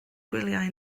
gwyliau